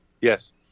Yes